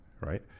right